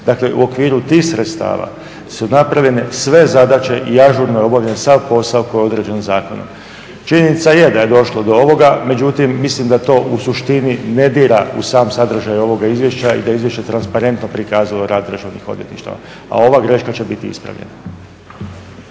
Dakle u okviru tih sredstava su napravljene sve zadaće i ažurno je obavljen sav posao koji je određen zakonom. Činjenica je da je došlo do ovoga, međutim mislim da to u suštini ne dira u sam sadržaj ovoga izvješća i da izvješće transparentno prikazuje rad državnih odvjetništava a ova greška će biti ispravljena.